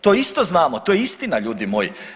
To isto znamo, to je istina ljudi moji.